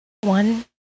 One